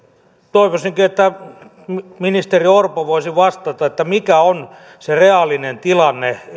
toivoisinkin että ministeri orpo voisi vastata mikä on se reaalinen tilanne